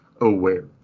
aware